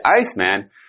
Iceman